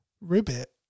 Ribbit